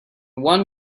one